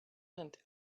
and